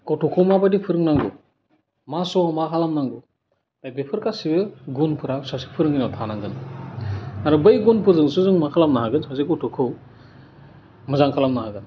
गथ'खौ माबादि फोरोंनांगौ मा समाव मा खालामनांगौ बेफोर गासिबो गुनफोरा सासे फोरोंगिरिनाव थानांगोन आरो बै गुनफोरजोंसो जों मा खालामनो हागोन सासे गथ'खौ मोजां खालामनो हागोन